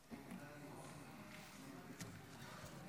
הכנסת דן אילוז, בבקשה.